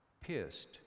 pierced